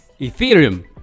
Ethereum